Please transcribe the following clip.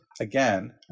again